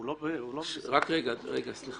הוא לא --- רק רגע, סליחה.